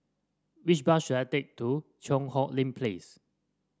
which bus should I take to Cheang Hong Lim Place